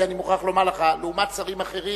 כי אני מוכרח לומר לך, שלעומת שרים אחרים,